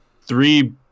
three